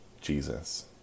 Jesus